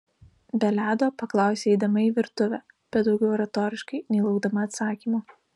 be ledo paklausė eidama į virtuvę bet daugiau retoriškai nei laukdama atsakymo